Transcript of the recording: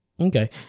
Okay